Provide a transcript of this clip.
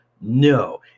No